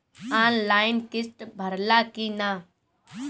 Online किस्त भराला कि ना?